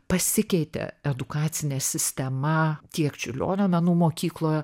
pasikeitė edukacinė sistema tiek čiurlionio menų mokykloje